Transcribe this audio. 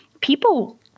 people